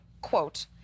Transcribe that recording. quote